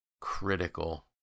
critical